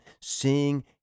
seeing